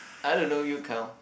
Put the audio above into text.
I don't know you count